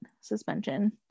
suspension